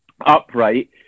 upright